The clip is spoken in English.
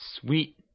Sweet